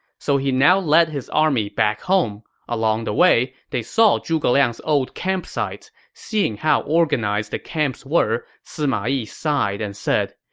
so he now led his army back home. along the way, they saw zhuge liang's old camp sites. seeing how organized the camps were, sima yi sighed and said,